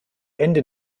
ende